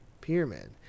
pyramid